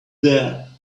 there